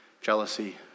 Jealousy